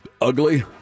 Ugly